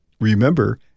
remember